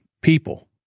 people